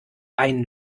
ein